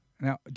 Now